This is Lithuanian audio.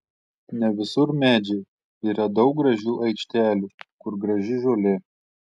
ne visur medžiai yra daug gražių aikštelių kur graži žolė